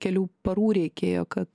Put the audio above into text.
kelių parų reikėjo kad